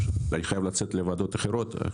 לצאת לוועדות אחרות.